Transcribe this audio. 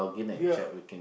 ya